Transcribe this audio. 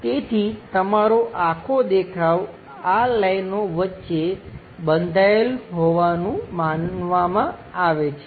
તેથી તમારો આખો દેખાવ આ લાઈનો વચ્ચે બંધાયેલું હોવાનું માનવામાં આવે છે